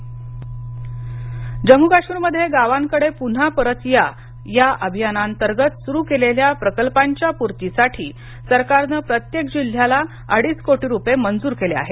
जम्म काश्मीर विकास जम्मू काश्मीरमध्ये गावांकडे पुन्हा परत या या अभियाना अंतर्गत सुरू केलेल्या प्रकल्पांच्या पूर्तीसाठी सरकारनं प्रत्येक जिल्ह्याला अडीच कोटी रुपये मंजूर केले आहेत